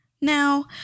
Now